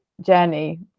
journey